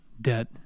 debt